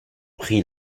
prit